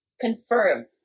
confirm